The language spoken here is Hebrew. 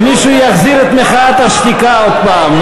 שמישהו יחזיר את מחאת השתיקה עוד פעם.